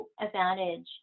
advantage